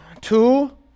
Two